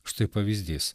štai pavyzdys